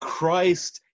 Christ